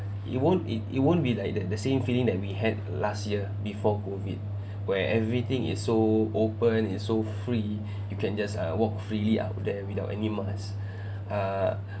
you won't it it won't be like the the same feeling that we had last year before COVID where everything is so open is so free you can just uh walk freely out there without any masks err